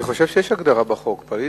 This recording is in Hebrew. אני חושב שיש הגדרה בחוק: פליט,